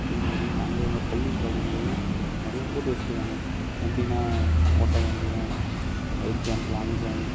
அதே மாதிரி நாங்கள் எங்கள் பள்ளி காலங்களில் நிறையா போட்டி வச்சுருக்காங்க எப்படினா ஓட்டப்பந்தயம் ஹை ஜம்ப் லாங் ஜம்ப்